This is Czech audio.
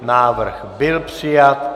Návrh byl přijat.